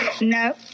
No